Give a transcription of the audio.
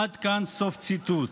עד כאן, סוף ציטוט.